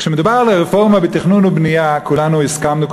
כשמדובר על רפורמה בתכנון ובנייה כולנו הסכמנו,